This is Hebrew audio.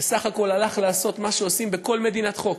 שבסך הכול הלך לעשות מה שעושים בכל מדינת חוק,